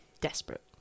Desperate